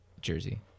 Jersey